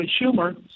Schumer